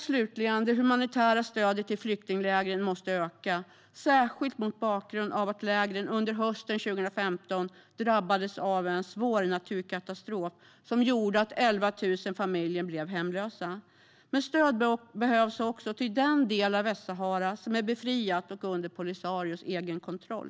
Slutligen måste det humanitära stödet till flyktinglägren öka, särskilt mot bakgrund av att lägren under hösten 2015 drabbades av en svår naturkatastrof som gjorde att 11 000 familjer blev hemlösa. Stöd behövs dock även till den del av Västsahara som är befriat och under Polisarios egen kontroll.